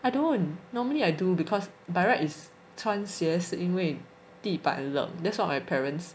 I don't normally I don't because by right is 穿鞋是因为地板冷 that's what my parents